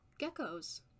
Geckos